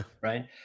right